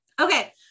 Okay